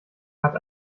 hat